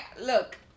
look